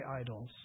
idols